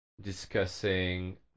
discussing